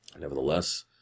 Nevertheless